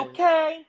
Okay